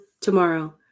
tomorrow